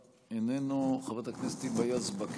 חבר הכנסת יבגני סובה,